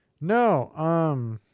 No